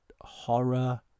horror